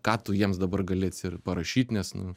ką tu jiems dabar gali atsi parašyti nes nu